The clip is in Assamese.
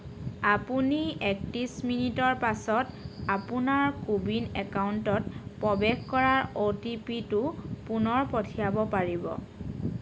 আপুনি একত্ৰিছ মিনিটৰ পাছত আপোনাৰ কোৱিন একাউণ্টত প্ৰৱেশ কৰাৰ অ' টি পিটো পুনৰ পঠিয়াব পাৰিব